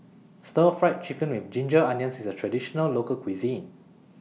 Stir Fry Chicken with Ginger Onions IS A Traditional Local Cuisine